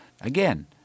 Again